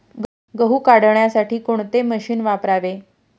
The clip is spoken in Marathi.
गहू काढण्यासाठी कोणते मशीन वापरावे?